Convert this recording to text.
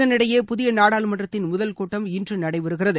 இதனிடையே புதிய நாடாளுமன்றத்தின் முதல் கூட்டம் இன்று நடைபெறுகிறது